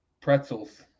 pretzels